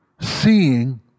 seeing